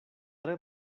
tre